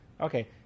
Okay